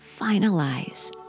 finalize